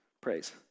praise